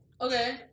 Okay